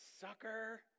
sucker